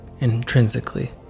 intrinsically